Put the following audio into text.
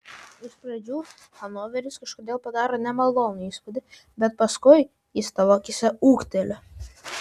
iš pradžių hanoveris kažkodėl padaro nemalonų įspūdį bet paskui jis tavo akyse ūgteli